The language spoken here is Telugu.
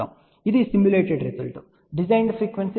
కాబట్టి ఇది సిమ్యులేటెడ్ రిజల్ట్ డిజైన్డ్ ఫ్రీక్వెన్సీ దాదాపు 2